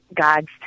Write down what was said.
God's